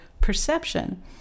perception